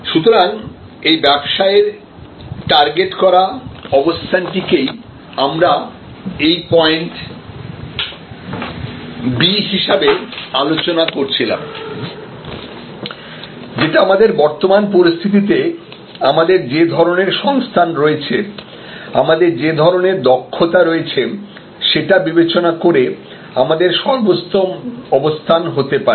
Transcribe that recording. সুতরাং এই ব্যবসায়ের টার্গেট করা অবস্থানটিকেই আমরা এই পয়েন্ট B হিসাবে আলোচনা করছিলাম যেটা আমাদের বর্তমান পরিস্থিতিতে আমাদের যে ধরণের সংস্থান রয়েছে আমাদের যে ধরনের দক্ষতা রয়েছে সেটা বিবেচনা করে আমাদের সর্বোত্তম অবস্থান হতে পারে